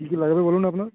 কী কী লাগবে বলুন আপনার